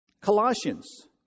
Colossians